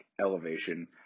Elevation